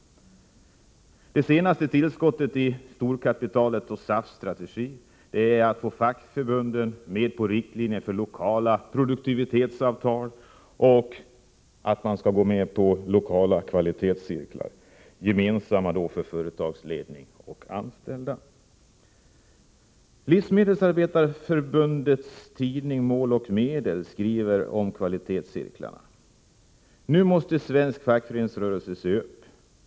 Det senaste tillskottet i storkapitalets och SAF:s strategi är att man vill få fackförbunden med på att införa riktlinjer för lokala produktivitetsavtal och lokala kvalitetscirklar, gemensamma för företagsledning och anställda. ”Nu måste svensk fackföreningsrörelse se upp.